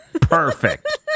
Perfect